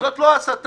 זאת לא הסתה?